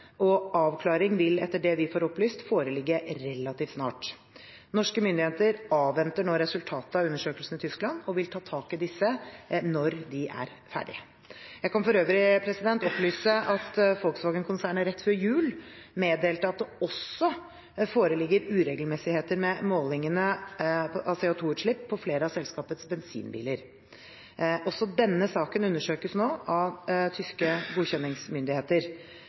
og avklaring vil, etter det vi får opplyst, foreligge relativt snart. Norske myndigheter avventer nå resultatet av undersøkelsene i Tyskland og vil ta tak i disse når de er ferdige. Jeg kan for øvrig opplyse at Volkswagen-konsernet rett før jul meddelte at det også foreligger uregelmessigheter med målingene av CO2-utslipp på flere av selskapets bensinbiler. Også denne saken undersøkes nå av tyske godkjenningsmyndigheter.